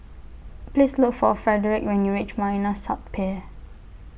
Please Look For Frederick when YOU REACH Marina South Pier